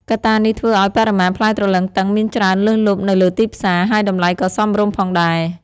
កត្តានេះធ្វើឱ្យបរិមាណផ្លែទ្រលឹងទឹងមានច្រើនលើសលប់នៅលើទីផ្សារ ហើយតម្លៃក៏សមរម្យផងដែរ។